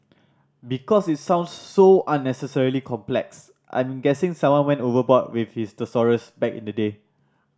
because it sounds so unnecessarily complex I'm guessing someone went overboard with his thesaurus back in the day